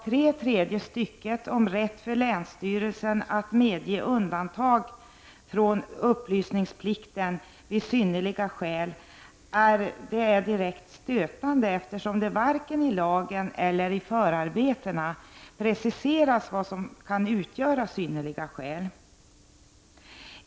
3§ tredje stycket — om rätt för länsstyrelse att medge undantag från upplysningsplikten vid synnerliga skäl — är direkt stötande, eftersom varken i lagen eller förarbetena preciseras vad som kan utgöra synnerliga skäl.